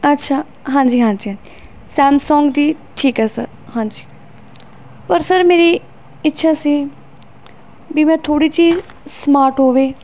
ਅੱਛਾ ਹਾਂਜੀ ਹਾਂਜੀ ਹਾਂਜੀ ਸੈਮਸੋਂਗ ਦੀ ਠੀਕ ਹੈ ਸਰ ਹਾਂਜੀ ਪਰ ਸਰ ਮੇਰੀ ਇੱਛਾ ਸੀ ਵੀ ਮੈਂ ਥੋੜ੍ਹੀ ਜਿਹੀ ਸਮਾਰਟ ਹੋਵੇ